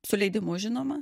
su leidimu žinoma